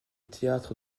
théâtre